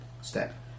step